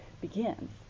begins